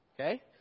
okay